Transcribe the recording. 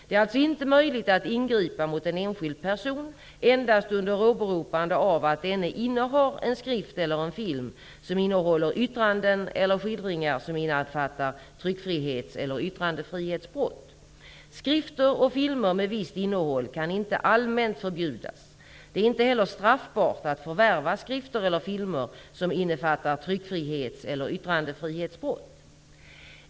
Det är alltså inte möjligt att ingripa mot en enskild person endast under åberopande av att denne innehar en skrift eller en film, som innehåller yttranden eller skildringar som innefattar tryckfrihets eller yttrandefrihetsbrott. Skrifter och filmer med visst innehåll kan inte allmänt ''förbjudas''. Det är inte heller straffbart att förvärva skrifter eller filmer som innefattar tryckfrihetseller yttrandefrihetsbrott.